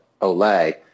Olay